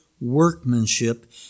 workmanship